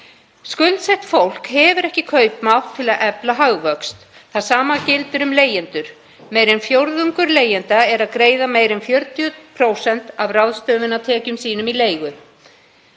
Skuldsett fólk hefur ekki kaupmátt til að efla hagvöxt. Það sama gildir um leigjendur. Meira en fjórðungur leigjenda er að greiða meira en 40% af ráðstöfunartekjum sínum í leigu.